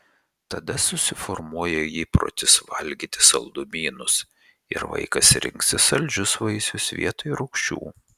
tada susiformuoja įprotis valgyti saldumynus ir vaikas rinksis saldžius vaisius vietoj rūgščių